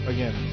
Again